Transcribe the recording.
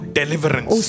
deliverance